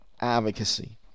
advocacy